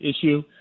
issue